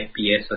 FPS